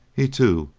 he, too,